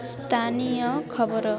ସ୍ଥାନୀୟ ଖବର